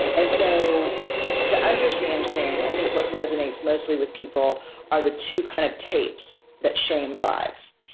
and so to understand shame, i think what resonates mostly with people are the two kind of tapes that shame drives.